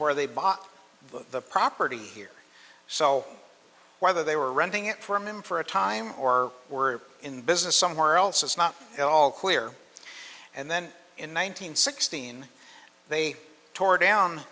where they bought the property here so whether they were renting it from him for a time or were in business somewhere else it's not at all clear and then in one nine hundred sixteen they tore down